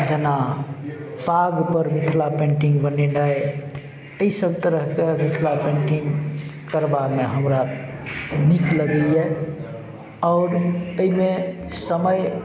जेना पाग पर मिथिला पेन्टिंग बनेनाइ एहि सभ तरहके मिथिला पेन्टिंग करबामे हमरा नीक लगैया आओर एहिमे समय